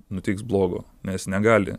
nutiks blogo nes negali